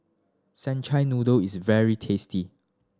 senchuai noodle is very tasty